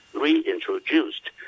reintroduced